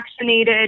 vaccinated